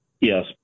Yes